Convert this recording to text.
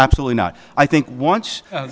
absolutely not i think once